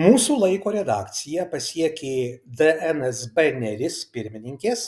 mūsų laiko redakciją pasiekė dnsb neris pirmininkės